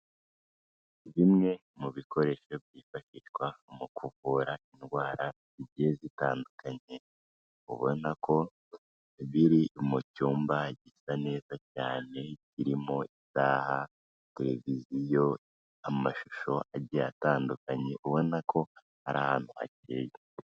Bimwe mu bikoresho byifashishwa mu kuvura indwara zigiye zitandukanye, ubona ko biri mu cyumba gisa neza cyane kirimo isaha, televiziyo, amashusho agiye atandukanye ubona ko ari ahantu hakeye.